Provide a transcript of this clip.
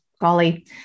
golly